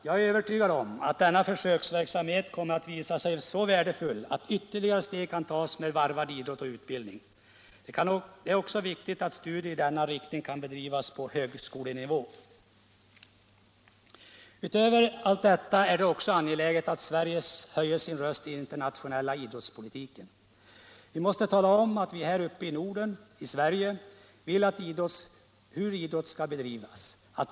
Jag är övertygad om att denna försöksverksamhet kommer att visa sig så värdefull, att ytterligare steg kan tas med varvad idrott och utbildning. Det är också viktigt att studier i denna riktning kan bedrivas på högskolenivå. Utöver allt detta är det angeläget att Sverige höjer sin röst i den internationella idrottspolitiken. Vi måste tala om hur vi här uppe i Norden, i Sverige, vill att idrott skall bedrivas.